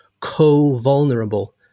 co-vulnerable